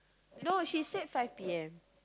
no she said five p_m